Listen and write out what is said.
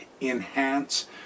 enhance